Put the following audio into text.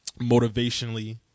motivationally